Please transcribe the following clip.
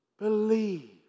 Believe